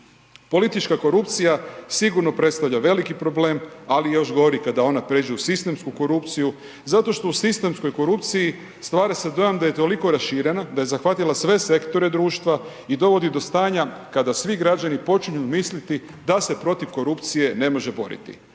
Politička korupcija sigurno predstavlja velik problem, ali i još gori, kada ona pređe u sistemsku korupciju, zato što u sistemskoj korupciji, stvara se dojam da je toliko raširena, da je zahvatila sve sektore društva i dovodi do stanja, kada svi građani počinju misliti, da se protiv korupcije, ne može boriti.